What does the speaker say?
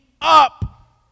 up